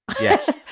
Yes